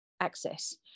access